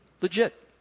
Legit